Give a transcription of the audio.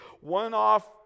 one-off